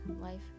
life